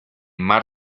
mar